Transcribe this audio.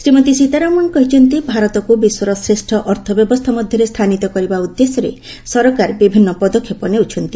ଶ୍ରୀମତୀ ସୀତାରମଣ କହିଛନ୍ତି ଭାରତକୁ ବିଶ୍ୱର ଶ୍ରେଷ୍ଠ ଅର୍ଥବ୍ୟବସ୍ଥା ମଧ୍ୟରେ ସ୍ଥାନିତ କରିବା ଉଦ୍ଦେଶ୍ୟରେ ସରକାର ବିଭିନ୍ନ ପଦକ୍ଷେପ ନେଉଛନ୍ତି